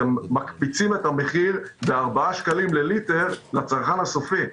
אתם מקפיצים את המחיר ב-4 שקלים לליטר לצרכן הסופי ולתעשייה.